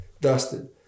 dusted